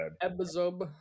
episode